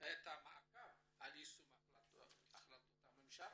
על יישום החלטות הממשלה.